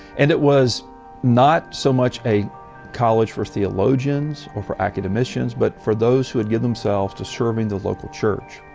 and it was not so much a college for theologians or for academicians, but for those who would give themselves to serving the local church.